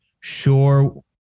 Sure